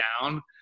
down